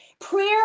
prayer